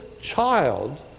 child